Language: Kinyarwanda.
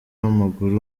w’amaguru